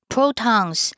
Protons